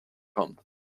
kommt